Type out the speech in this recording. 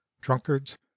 drunkards